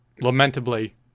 lamentably